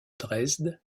dresde